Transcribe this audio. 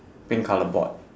pink colour board